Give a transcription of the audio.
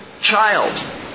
child